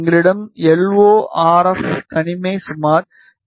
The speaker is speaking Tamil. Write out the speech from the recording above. எங்களிடம் எல்ஓ ஆர்எப் தனிமை சுமார் 20 டி